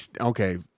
okay